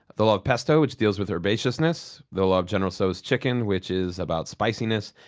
the law of pesto, which deals with herbaceousness. the law of general tso's chicken, which is about spiciness.